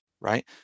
right